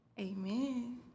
Amen